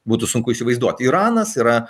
būtų sunku įsivaizduot iranas yra